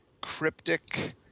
cryptic